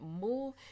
move